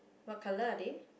what colour are they